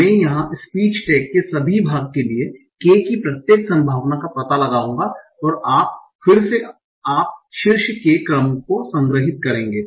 मैं यहाँ speech tag के सभी भाग के साथ K की प्रत्येक संभावना का पता लगाऊँगा और आप फिर से आप शीर्ष k क्रमों को संग्रहीत करेंगे